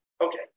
Okay